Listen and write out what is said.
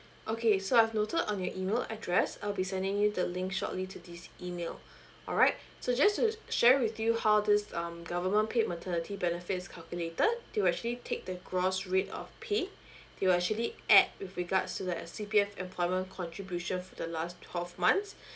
okay so I've noted on your email address I'll be sending you the link shortly to this email alright so just to share with you how this um government paid maternity benefit is calculated you'll actually take the gross rate of pay you'll actually add with regards to the a C_P_F employment contribution for the last twelve months